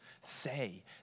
say